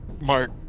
Mark